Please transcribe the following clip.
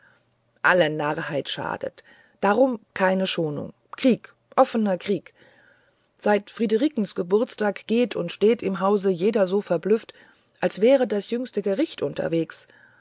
alle narrheit schadet darum keine schonung krieg offener krieg seit friederikens geburtstag geht und steht hier im hause jedes so verblüfft als wäre das jüngste gericht unterwegs